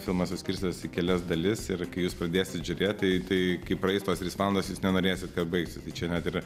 filmas suskirstytas į kelias dalis ir kai jūs pradėsit žiūrėt tai tai kai praeis tos trys valandos jūs nenorėsit kad baigtųsi tai čia net ir